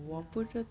ya